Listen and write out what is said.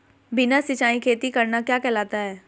बिना सिंचाई खेती करना क्या कहलाता है?